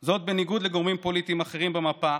כל זאת בניגוד לגורמים פוליטיים אחרים במפה,